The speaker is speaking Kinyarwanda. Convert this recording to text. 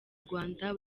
rwanda